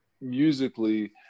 musically